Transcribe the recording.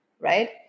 right